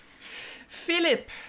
Philip